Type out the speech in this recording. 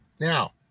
Now